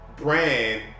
brand